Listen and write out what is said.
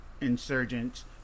insurgents